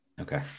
Okay